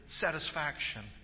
satisfaction